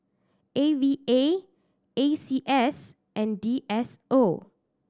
A V A A C S and D S O